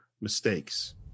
mistakes